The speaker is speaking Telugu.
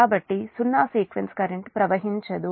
కాబట్టి సున్నా సీక్వెన్స్ కరెంట్ ప్రవహించదు